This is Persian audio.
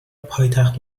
پایتخت